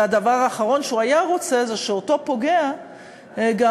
והדבר האחרון שהוא היה רוצה זה שאותו פוגע גם